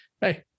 hey